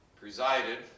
presided